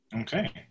Okay